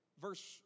verse